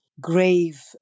grave